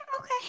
Okay